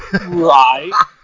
Right